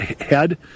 head